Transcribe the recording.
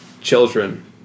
children